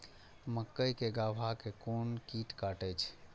मक्के के गाभा के कोन कीट कटे छे?